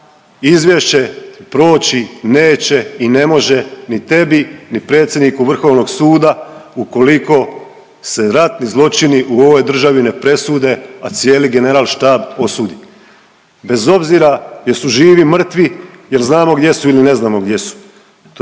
Izvješće proći neće i ne može ni tebi ni predsjedniku Vrhovnog suda ukoliko se ratni zločini u ovoj državi ne presude, a cijeli General štab osudi bez obzira jesu živi, mrtvi, jel znamo gdje su ili ne znamo gdje su.